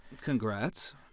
Congrats